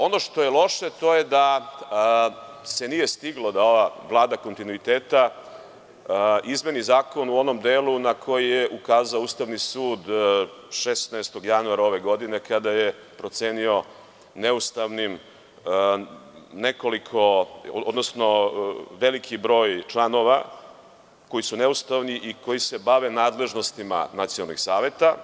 Ono što je loše je to da se nije stiglo da ova Vlada kontinuiteta izmeni zakon u onom delu na koji je ukazao Ustavni sud 16. januara ove godine, kada je procenio neustavnim veliki broj članova koji su neustavni i koji se bave nadležnostima nacionalnih saveta.